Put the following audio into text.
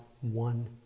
one